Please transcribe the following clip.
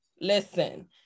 listen